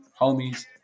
homies